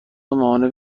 ماهانه